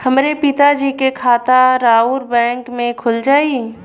हमरे पिता जी के खाता राउर बैंक में खुल जाई?